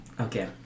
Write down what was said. Okay